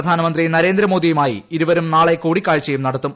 പ്രധാനമന്ത്രി നരേന്ദ്രമോദിയുമായി ഇരുവിരും ് നാളെ കൂടിക്കാഴ്ചയും നടത്തും